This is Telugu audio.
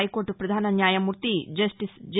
హైకోర్ట పధాన న్యాయమూర్తి జస్టిస్ జె